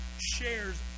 shares